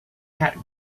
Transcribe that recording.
had